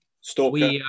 Stalker